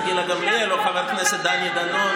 גילה גמליאל או את חבר הכנסת דני דנון,